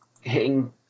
hitting